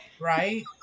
Right